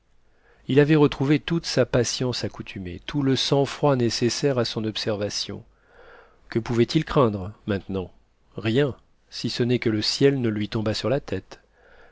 il avait retrouvé toute sa patience accoutumée tout le sang-froid nécessaire à son observation que pouvait-il craindre maintenant rien si ce n'est que le ciel ne lui tombât sur la tête